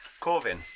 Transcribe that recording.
Corvin